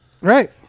Right